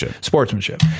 Sportsmanship